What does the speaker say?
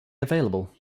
available